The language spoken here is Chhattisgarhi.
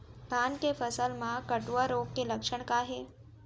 धान के फसल मा कटुआ रोग के लक्षण का हे?